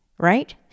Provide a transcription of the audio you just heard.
Right